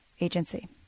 agency